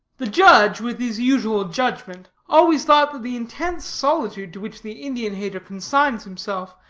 the judge, with his usual judgment, always thought that the intense solitude to which the indian-hater consigns himself,